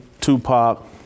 Tupac